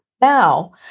now